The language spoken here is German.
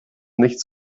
nicht